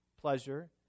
pleasure